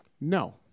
no